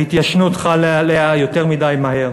ההתיישנות חלה עליה יותר מדי מהר.